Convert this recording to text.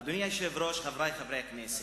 אדוני היושב-ראש, חברי חברי הכנסת,